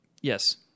Yes